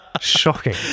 Shocking